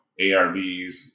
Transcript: ARVs